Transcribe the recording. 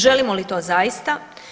Želimo li to zaista?